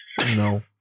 No